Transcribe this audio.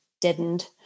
deadened